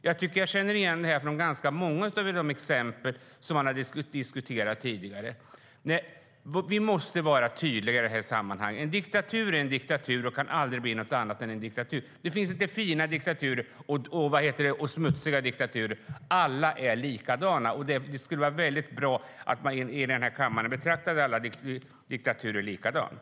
Jag tycker att jag känner igen detta från ganska många exempel som vi har diskuterat tidigare. Vi måste vara tydliga i det här sammanhanget. En diktatur är en diktatur. Det finns inte fina eller smutsiga diktaturer - alla är likadana. Det skulle vara väldigt bra om man i den här kammaren betraktade alla diktaturer likadant.